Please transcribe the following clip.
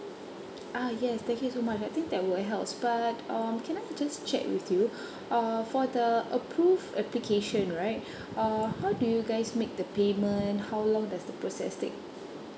ah yes thank you so much I think that will help but um can I just check with you uh for the approve application right uh how do you guys make the payment how long does the process take